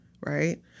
right